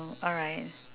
alright